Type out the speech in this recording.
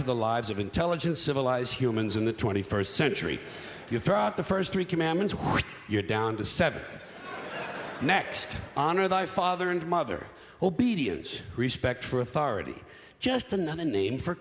to the lives of intelligent civilized humans in the twenty first century you throw out the first three commandments you're down to seven next honor thy father and mother obedience respect for authority just another name for